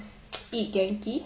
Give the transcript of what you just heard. eat genki